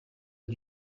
est